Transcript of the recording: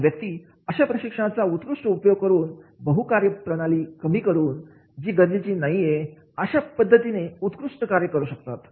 आणि व्यक्ती अशा प्रशिक्षणाचा उत्कृष्ट उपयोग करून बहु कार्यप्रणाली कमी करून जी गरजेची नाहीये या पद्धतीने उत्कृष्ट कार्य करू शकतात